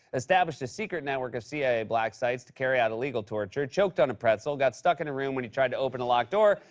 established a secret network of cia black sites to carry out illegal torture, choked on a pretzel, got stuck in a room when he tried to open a locked door,